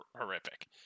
horrific